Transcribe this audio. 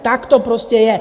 Tak to prostě je.